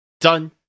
Done